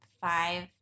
five